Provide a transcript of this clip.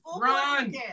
run